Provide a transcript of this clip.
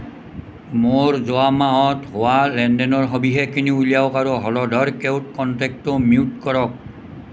মোৰ যোৱা মাহত হোৱা লেনদেনৰ সবিশেষখিনি উলিয়াওক আৰু হলধৰ কেওট কণ্টেক্টটো মিউট কৰক